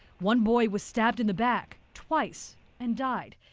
one boy was stabbed in the back twice and died.